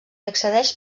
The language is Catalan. accedeix